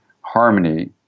harmony